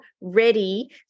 ready